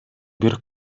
бир